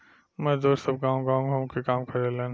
मजदुर सब गांव गाव घूम के काम करेलेन